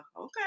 Okay